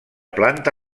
planta